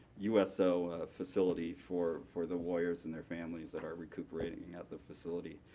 uso facility for for the warriors and their families that are recuperating at the facility.